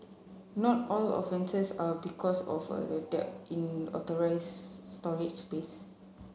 not all offences are because of a in authorised storage pace